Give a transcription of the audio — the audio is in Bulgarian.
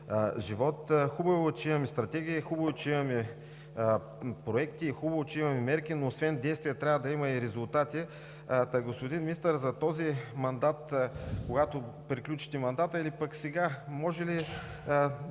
Хубаво е, че имаме Стратегия, хубаво е, че имаме проекти, хубаво е, че имаме мерки, но освен действия трябва да има и резултати. Господин Министър, за този мандат, когато приключите мандата или сега, бихте ли